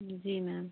जी ma'am